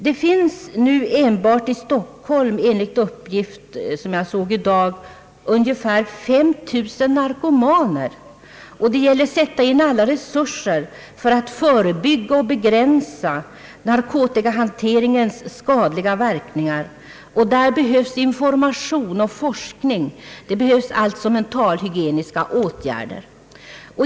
Det finns nu enbart i Stockholm, enligt en uppgift som jag såg i dag, ungefär 5000 narkomaner, och det gäller att sätta in alla resurser för att förebygga och begränsa narkotikahanteringens skadliga verkningar. Där behövs information och forskning — alltså mentalhygieniska åtgärder.